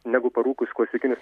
negu parūkius klasikinį